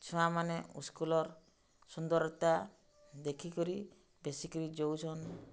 ଛୁଆମାନେ ସ୍କୁଲ୍ର ସୁନ୍ଦରତା ଦେଖିକରି ବେଶିକିରି ଯୋଉଛନ୍